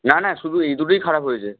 না না শুধু এই দুটোই খারাপ হয়েছে